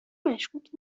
مشکوک